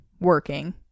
working